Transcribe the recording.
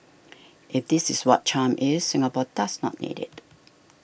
if this is what charm is Singapore does not need it